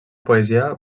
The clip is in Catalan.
poesia